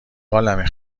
حالمه